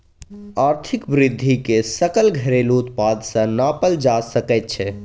आर्थिक वृद्धिकेँ सकल घरेलू उत्पाद सँ नापल जा सकैत छै